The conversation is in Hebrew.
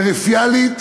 פריפריאלית,